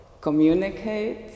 communicate